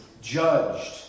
judged